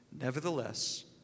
Nevertheless